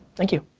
thank you.